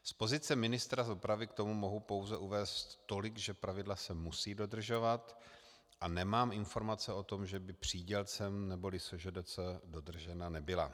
Z pozice ministra dopravy k tomu mohu pouze uvést tolik, že pravidla se musí dodržovat, a nemám informace o tom, že by přídělcem neboli SŽDC dodržena nebyla.